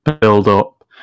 build-up